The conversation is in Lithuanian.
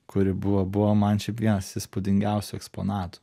kuri buvo buvo man šiaip vienas įspūdingiausių eksponatų